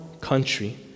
country